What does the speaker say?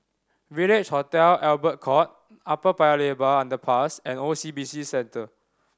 Village Hotel Albert Court Upper Paya Lebar Underpass and O C B C Centre